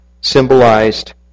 symbolized